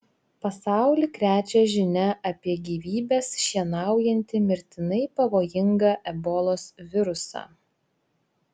pasaulį krečia žinia apie gyvybes šienaujantį mirtinai pavojingą ebolos virusą